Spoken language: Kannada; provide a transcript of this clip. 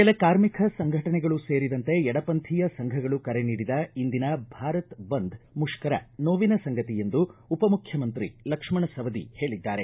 ಕೆಲ ಕಾರ್ಮಿಕ ಸಂಘಟನೆಗಳೂ ಸೇರಿದಂತೆ ಎಡ ಪಂಥೀಯ ಸಂಘಗಳು ಕರೆ ನೀಡಿದ ಇಂದಿನ ಭಾರತ್ ಬಂದ್ ಮುಷ್ಕರ ನೋವಿನ ಸಂಗತಿ ಎಂದು ಉಪಮುಖ್ಯಮಂತ್ರಿ ಲಕ್ಷ್ಮಣ ಸವದಿ ಹೇಳಿದ್ದಾರೆ